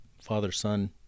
father-son